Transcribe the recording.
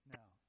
now